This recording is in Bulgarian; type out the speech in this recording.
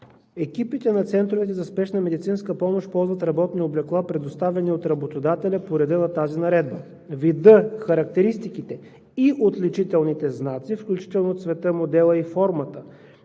екипите на центровете за спешна медицинска помощ ползват работни облекла, предоставени от работодателя по реда на тази наредба. Видът, характеристиките и отличителните знаци, включително цветът, моделът и формата